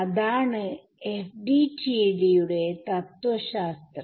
അതാണ് FDTD യുടെ തത്വശാസ്ത്രം